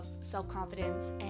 self-confidence